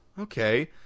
Okay